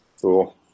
Cool